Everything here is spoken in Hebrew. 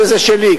שזה שלי.